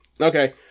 okay